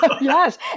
Yes